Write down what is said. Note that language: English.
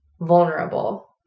vulnerable